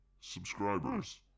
subscribers